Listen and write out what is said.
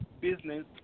business